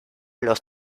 los